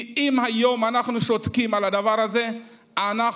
כי אם היום אנחנו שותקים על הדבר הזה אנחנו